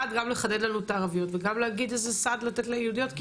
גם לחדד לנו את הערביות וגם להגיד איזה סעד לתת ליהודיות,